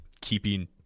keeping